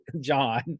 John